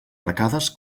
arcades